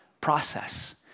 process